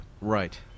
Right